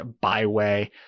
Byway